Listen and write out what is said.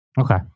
Okay